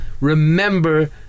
remember